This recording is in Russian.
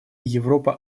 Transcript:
европа